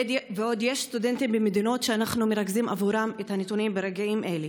ועוד יש סטודנטים במדינות שאנחנו מרכזים לגביהן את הנתונים ברגעים אלה.